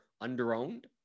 under-owned